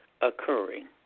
occurring